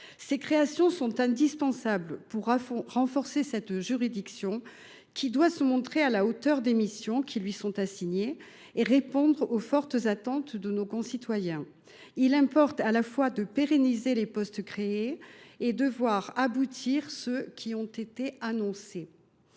Ces créations sont indispensables pour renforcer cette juridiction, qui doit se montrer à la hauteur des missions qui lui sont assignées et répondre aux fortes attentes de nos concitoyens. Il importe à la fois de pérenniser les postes créés et de voir aboutir ceux qui ont été annoncés.